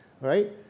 right